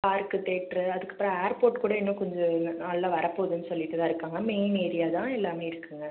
park theatre அதுக்கப்புறம் airport கூட இன்னும் கொஞ்சம் நாளில் வரப்போகுதுன்னு சொல்லிகிட்டுதான் இருக்காங்க மெயின் ஏரியா தான் எல்லாமே இருக்குதுங்க